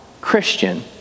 Christian